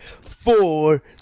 Four